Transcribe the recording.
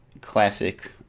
classic